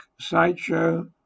sideshow